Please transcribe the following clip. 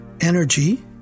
Energy